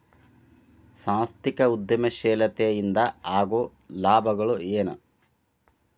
ಸಾಂಸ್ಥಿಕ ಉದ್ಯಮಶೇಲತೆ ಇಂದ ಆಗೋ ಲಾಭಗಳ ಏನು